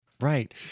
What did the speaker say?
Right